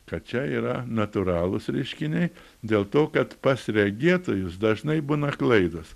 kad čia yra natūralūs reiškiniai dėl to kad pas regėtojus dažnai būna klaidos